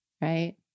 right